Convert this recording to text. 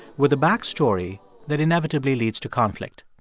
with a backstory that inevitably leads to conflict.